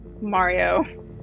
Mario